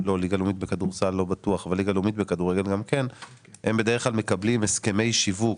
לא בטוח לגבי ליגה לאומית בכדורסל - והם בדרך כלל מקבלים הסכמי שיווק.